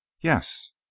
yes